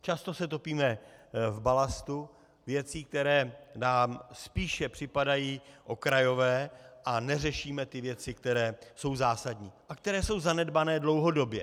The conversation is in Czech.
Často se topíme v balastu věcí, které nám spíše připadají okrajové, a neřešíme věci, které jsou zásadní a které jsou zanedbané dlouhodobě.